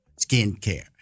Skincare